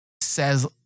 says